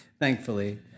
Thankfully